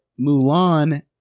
Mulan